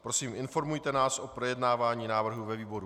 Prosím, informujte nás o projednávání návrhu ve výboru.